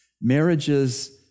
Marriage's